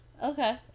okay